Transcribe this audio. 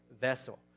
vessel